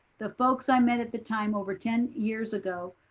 the folks i met at the time over ten years ago,